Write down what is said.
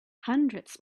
hundreds